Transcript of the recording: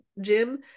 Jim